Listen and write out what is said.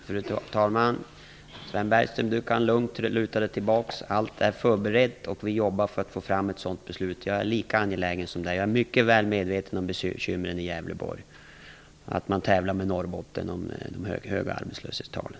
Fru talman! Sven Bergström kan lugnt luta sig tillbaka. Allt är förberett, och vi jobbar på att få fram nämnda beslut. Jag är lika angelägen här som Sven Bergström är. Vidare är jag mycket väl medveten om bekymren i Gävleborgs län och om att man där tävlar med Norrbottens län när det gäller de höga arbetslöshetstalen.